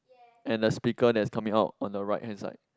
and the speaker that's coming out on the right hand side